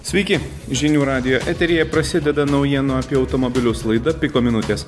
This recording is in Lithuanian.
sveiki žinių radijo eteryje prasideda naujienų apie automobilius laida piko minutės